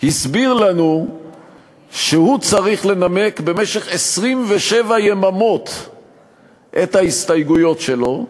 והסביר לנו שהוא צריך לנמק במשך 27 יממות את ההסתייגויות שלו,